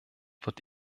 wird